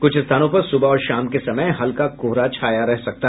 कुछ स्थानों पर सुबह और शाम के समय हल्का कोहरा छाया रहा